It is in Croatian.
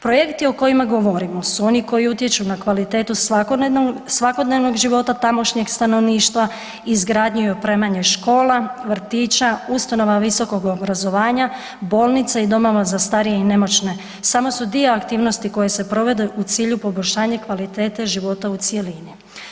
Projekti o kojima govorimo su oni koji utječu na kvalitetu svakodnevnog života tamošnjeg stanovništva, izgradnju i opremanje škola, vrtića, ustanova visokog obrazovanja, bolnica i domova za starije i nemoćne samo su dio aktivnosti koje se provode u cilju poboljšanja kvalitete života u cjelini.